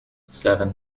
seven